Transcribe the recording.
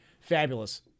Fabulous